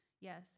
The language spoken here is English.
Yes